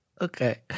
Okay